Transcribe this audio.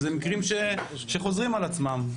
אלה מקרים שחוזרים על עצמם.